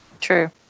True